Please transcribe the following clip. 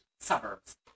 suburbs